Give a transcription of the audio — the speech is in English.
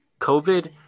COVID